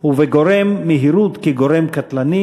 ולגורם המהירות כגורם קטלני.